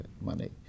money